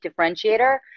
differentiator